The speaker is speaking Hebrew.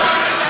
לא.